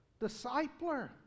discipler